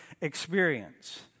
experience